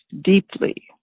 deeply